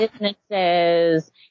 businesses